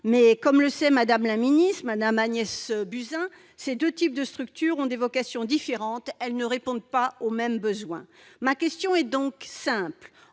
Mais, comme le sait Mme la ministre Agnès Buzyn, ces deux types de structure ont des vocations différentes et ne répondent pas aux mêmes besoins. Ma question est donc simple